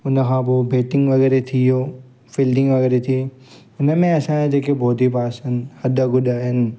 हुन खां पोइ बेटिंग वग़ैरह थी वियो फील्डिंग वग़ैरह थी हिन में असांखे जेके बॉडी पाट्स आहिनि हॾ गुॾ आहिनि